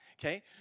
Okay